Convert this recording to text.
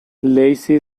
lacey